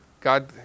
God